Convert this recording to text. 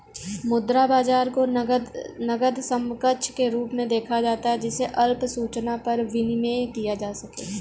मुद्रा बाजार को नकद समकक्ष के रूप में देखा जाता है जिसे अल्प सूचना पर विनिमेय किया जा सके